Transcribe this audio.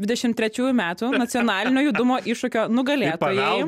dvidešim trečiųjų metų nacionalinio judumo iššūkio nugalėtojai